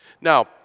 Now